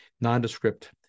nondescript